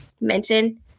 mention